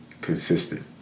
consistent